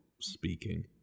speaking